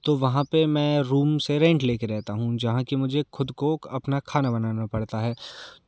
तो वहाँ पे मैं रूम से रेंट लेके रहता हूँ जहाँ कि मुझे खुद को अपना खाना बनाना पड़ता है